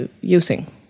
using